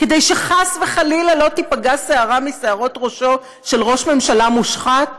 כדי שחס וחלילה לא תיפגע שערה משערות ראשו של ראש ממשלה מושחת?